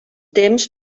temps